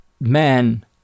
man